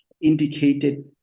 indicated